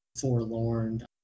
forlorn